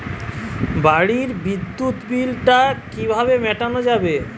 বাড়ির বিদ্যুৎ বিল টা কিভাবে মেটানো যাবে?